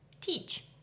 teach